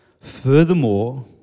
Furthermore